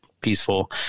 peaceful